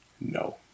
no